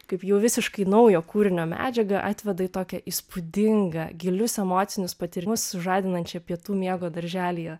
kaip jau visiškai naujo kūrinio medžiaga atveda į tokią įspūdingą gilius emocinius patyrimus sužadinančia pietų miego darželyje